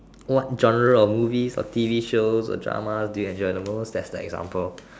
what genre of movies or T_V shows or dramas do you enjoy the most that's the example